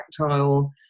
tactile